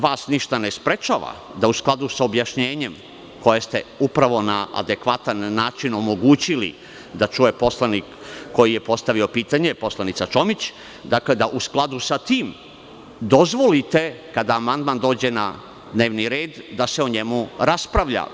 Vas ništa ne sprečava da u skladu sa objašnjenjem koje ste na adekvatan način omogućili da čuje poslanik koji je postavio pitanje, poslanica Čomić, da u skladu sa tim dozvolite da kada amandman dođe na dnevni red da se o njemu raspravlja.